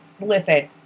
Listen